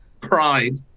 pride